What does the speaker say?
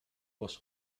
was